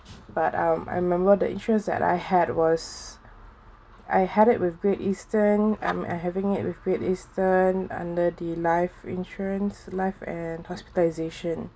but um I remember the interest that I had was I had it with Great Eastern and I having it with Great Eastern under the life insurance life and hospitalization